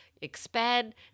expand